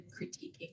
critiquing